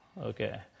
Okay